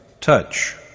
touch